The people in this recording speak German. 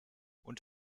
und